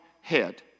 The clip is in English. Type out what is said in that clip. head